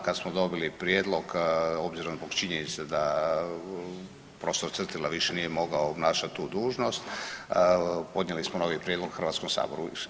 Kad smo dobili prijedlog obzirom zbog činjenice da prof. Cvrtila više nije mogao obnašati tu dužnost podnijeli smo novi prijedlog Hrvatskom saboru.